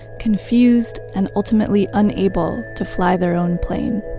confused, and ultimately unable to fly their own plane